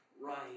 right